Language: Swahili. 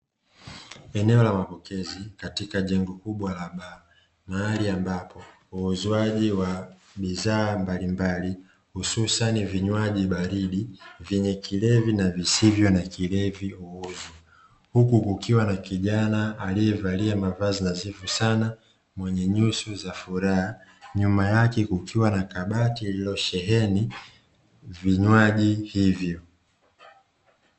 Eneo la mapokezi katika jengo kubwa la baa, ambapo uuzwaji wa bidhaa mbalimbali hususan vinywaji baridi vyenye kilevi na visivyo na kilevi, huzwa huku kukiwa na kijana aliyevalia mavazi na zifu sana mwenye nyuso za furaha nyuma yake kukiwa na kabati lililosheheni vinywaji hivyo.